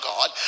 God